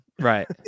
Right